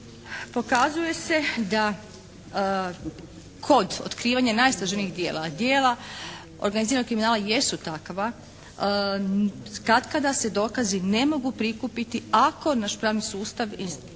pokazuje se da kod otkrivanja najsloženijih dijelova dijela organiziranog kriminala jesu takva, katkada se dokazi ne mogu prikupiti ako naš pravni sustav ne